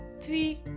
three